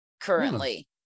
currently